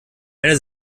eine